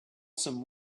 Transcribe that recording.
some